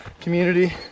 community